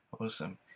Awesome